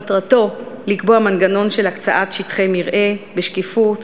מטרתו לקבוע מנגנון של הקצאת שטחי מרעה בשקיפות,